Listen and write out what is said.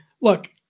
look